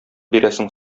бирәсең